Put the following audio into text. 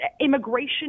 immigration